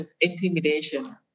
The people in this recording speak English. intimidation